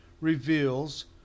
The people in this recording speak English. reveals